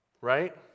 Right